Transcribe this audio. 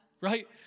Right